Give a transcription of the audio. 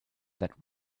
that